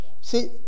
See